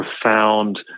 profound